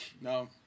no